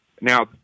Now